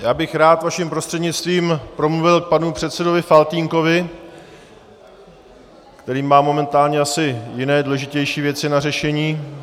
Já bych rád vaším prostřednictvím promluvil k panu předsedovi Faltýnkovi..., který má momentálně asi jiné, důležitější věcí k řešení...